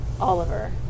Oliver